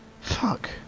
fuck